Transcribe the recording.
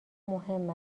مهم